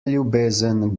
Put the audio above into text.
ljubezen